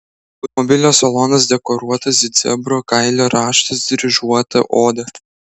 automobilio salonas dekoruotas it zebro kailio raštas dryžuota oda